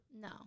No